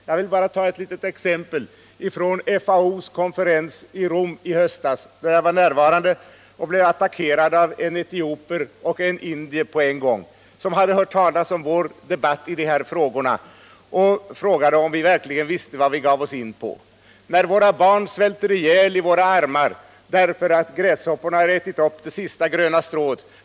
Jag var närvarande vid FAO:s konferens i Rom i höstas och blev där attackerad av en etiopier och en indier. De hade hört talas om vår debatt i dessa frågor, och de frågade om vi verkligen visste vad vi gav oss in på. När våra barn svälter ihjäl i våra armar, sade de. därför att gräshopporna har ätit upp det sista gröna strået.